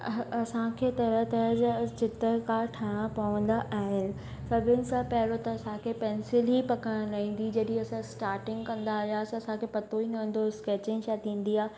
असांखे तरह तरह जा चित्रकार ठहणा पवंदा आहिनि सभिनि सां पहिरियों त असांखे पेंसिल ई पकड़ण न ईंदी हुई जॾहिं असां स्टार्टिंग कंदा हुयासीं असांखे पतो ई न हूंदो हो स्केचिंग छा थींदी आहे